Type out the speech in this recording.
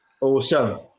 Awesome